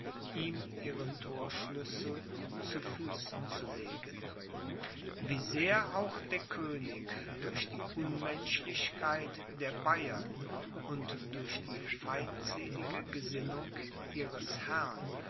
ihm ihre thorschlüssel zu füßen zu legen wie sehr auch der könig durch die unmenschlichkeit der bayern und durch die feindselige gesinnung ihres herrn